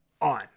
on